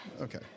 Okay